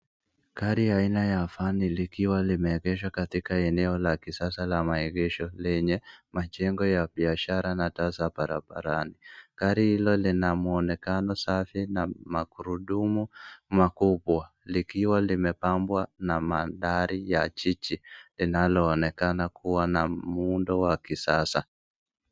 Gari aina ya van likiwa limeegeshwa katika eneo la kisasa la maegesho lenye majengo ya biashara na taa za barabarani. Gari hilo linamwonekana safi na magurudumu makubwa likiwa limebambwa na mandari ya jiji linalo onekana kuwa na muundo wa kisasa.